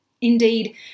Indeed